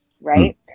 right